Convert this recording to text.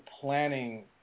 planning